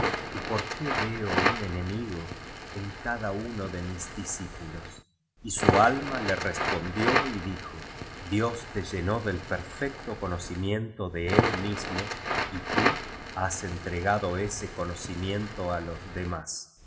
y por qué veo vm enemigo en cada uno de mis discípulos y su alma le respondió y dijo dios te llenó del perfecto conocimiento de él mismo y tú has entregado ese conocimiento á los demás